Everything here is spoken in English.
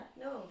no